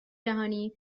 جهانی